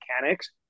mechanics